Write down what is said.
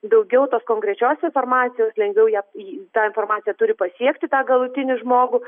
daugiau tos konkrečios informacijos lengviau ją į tą informaciją turi pasiekti tą galutinį žmogų